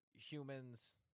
humans